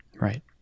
Right